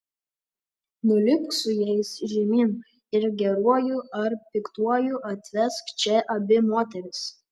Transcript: nulipk su jais žemyn ir geruoju ar piktuoju atvesk čia abi moteris